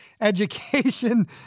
education